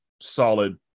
solid